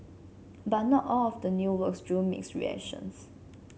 but not all of the new works drew mixed reactions